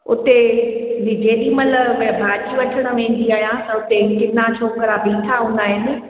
उते बि जेॾीमहिल भाॼी वठण वेंदी आहियां त उते किना छोकिरा ॿीठा हूंदा आहिनि